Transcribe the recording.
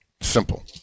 simple